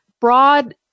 broad